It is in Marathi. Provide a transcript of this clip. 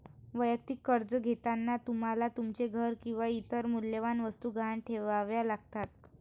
वैयक्तिक कर्ज घेताना तुम्हाला तुमचे घर किंवा इतर मौल्यवान वस्तू गहाण ठेवाव्या लागतात